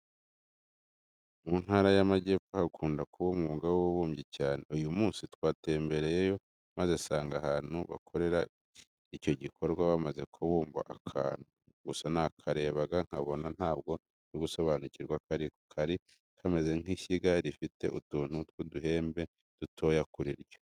Mu Ntara y'Amagepfo hakunda kuba umwuga w'ububumbyi cyane. Uyu munsi twatembereyeyo maze nsanga ahantu bakorera icyo gikorwa bamaze kubumba akantu, gusa nakarebaga nkabona ntabwo ndigusobanukirwa ako ari ko. Kari kameze nk'ishyiga rifite utuntu tw'uduhembe dutoya kuri ryo.